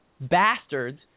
bastards